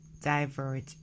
divert